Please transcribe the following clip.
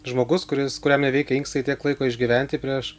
žmogus kuris kuriam neveikia inkstai tiek laiko išgyventi prieš